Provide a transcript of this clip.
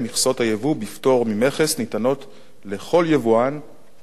ממכס ניתנות לכל יבואן העומד בתנאים הקבועים.